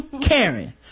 karen